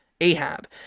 Ahab